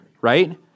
right